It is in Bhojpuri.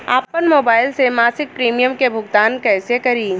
आपन मोबाइल से मसिक प्रिमियम के भुगतान कइसे करि?